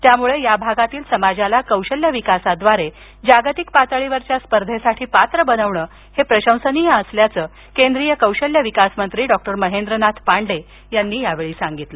त्यामुळे या भागातील समाजाला कौशल्य विकासाद्वारे जागतिक पातळीवरील स्पर्धेसाठी पात्र बनविणं हे प्रशंसनीय असल्याचं केंद्रीय कौशल्य विकास मंत्री डॉक्टर महेंद्र नाथ पांडे यांनी यावेळी सांगितलं